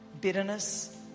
bitterness